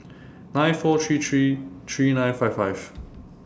nine four three three three nine five five